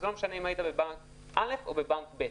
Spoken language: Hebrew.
ולא משנה אם היית בבנק א' או בבנק ב'.